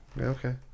okay